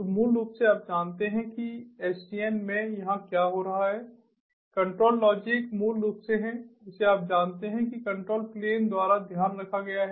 तो मूल रूप से आप जानते हैं कि SDN में यहाँ क्या हो रहा है कंट्रोल लॉजिक मूल रूप से है जिसे आप जानते हैं कि कंट्रोल प्लेन द्वारा ध्यान रखा गया है